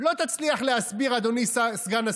לא תצליח להסביר, אדוני סגן השר,